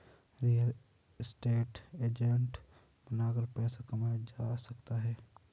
real estate agent बनकर पैसा कमाया जा सकता है